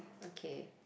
okay